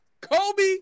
kobe